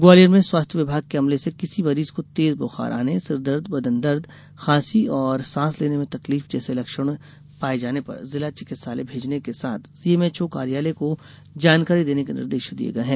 ग्वालियर में स्वास्थ्य विभाग के अमले से किसी मरीज को तेज बुखार आने सिरदर्द बदनदर्द खासी औ सांस लेने में तकलीफ जैसे लक्षण पाये जाने पर जिला चिकित्सालय भेजने के साथ सीएमएचओ कार्यालय को जानकारी देने के निर्देश दिये गये हैं